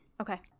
okay